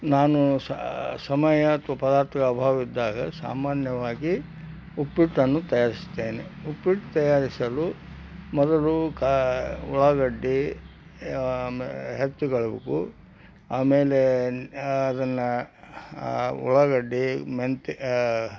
ನಾನು ಸಮಯ ಅಥವಾ ಪದಾರ್ಥಗಳ ಅಭಾವವಿದ್ದಾಗ ಸಾಮಾನ್ಯವಾಗಿ ಉಪ್ಪಿಟ್ಟನ್ನು ತಯಾರಿಸುತ್ತೇನೆ ಉಪ್ಪಿಟ್ಟು ತಯಾರಿಸಲು ಮೊದಲು ಕ ಉಳ್ಳಾಗಡ್ಡಿ ಆಮೇಲ್ ಹೆಚ್ಚಿಕೊಳ್ಬೇಕು ಆಮೇಲೆ ಅದನ್ನು ಉಳ್ಳಾಗಡ್ಡಿ ಮೆಂತ್ಯೆ